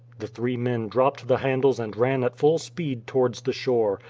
the three men dropped the handles and ran at full speed towards the shore,